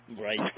Right